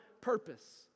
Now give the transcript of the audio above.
purpose